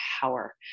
power